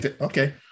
Okay